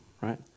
right